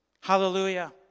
Hallelujah